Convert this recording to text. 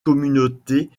communautés